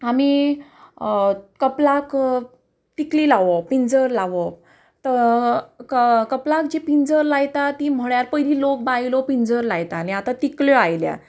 आमी कपलाक तिकली लावप पिंजर लावप कपलाक जी पिंजर लायता ती म्हळ्यार पयलीं लोक बायलो पिंजर लायतालीं आतां तिकल्यो आयल्या